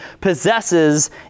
possesses